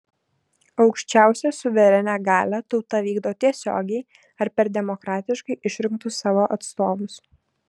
aukščiausią suverenią galią tauta vykdo tiesiogiai ar per demokratiškai išrinktus savo atstovus